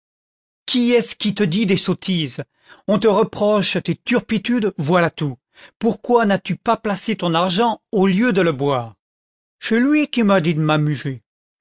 qui est-ce qui te dit des sottises on t reproche tes turpitudes voilà tout pourauci n'as-tu pas placé ton argent au lieu de le boire ch'est lui qui m'a dit de m'amuger